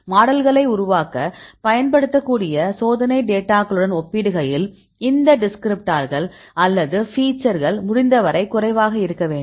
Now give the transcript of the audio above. மாடல்களையை உருவாக்க பயன்படுத்தக்கூடிய சோதனை டேட்டாகளுடன் ஒப்பிடுகையில் இந்த டிஸ்கிரிப்டார்கள் அல்லது ஃபீச்சர்கள் முடிந்தவரை குறைவாக இருக்க வேண்டும்